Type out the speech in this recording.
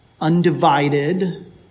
undivided